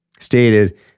stated